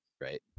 right